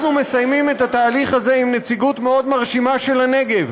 אנחנו מסיימים את התהליך הזה עם נציגות מאוד מרשימה של הנגב,